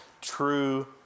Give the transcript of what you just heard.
true